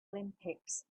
olympics